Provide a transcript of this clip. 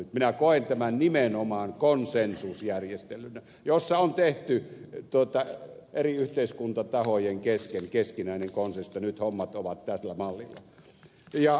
minä koen tämän nimenomaan konsensusjärjestelynä jossa on tehty eri yhteiskuntatahojen kesken keskinäinen konsensus että nyt hommat ovat tällä mallilla